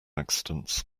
accidents